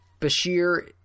Bashir